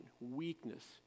weakness